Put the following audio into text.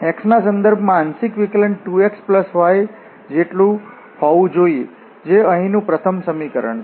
x ના સંદર્ભમાં આંશિક વિકલન 2x y જેટલું હોવું જોઈએ જે અહીંનું પ્રથમ સમીકરણ છે